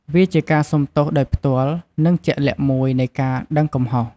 វាជាការសុំទោសដោយផ្ទាល់ និងជាក់លាក់មួយនៃការដឹងកំហុស។